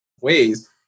ways